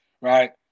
right